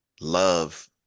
love